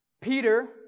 Peter